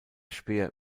speer